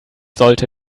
sollte